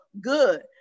good